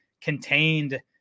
contained